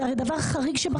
זה הרי דבר חריג שבחריגים.